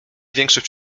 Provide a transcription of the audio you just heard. większość